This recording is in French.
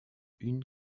une